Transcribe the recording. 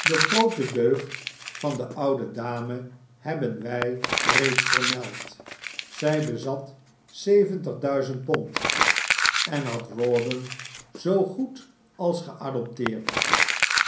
de groote deugd van de oude dame hebben wij reeds vermeld zij bezat zeventig duizend pond en had rawdon zoo goed als geadopteerd